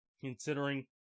Considering